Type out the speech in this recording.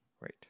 Right